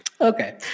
okay